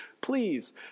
Please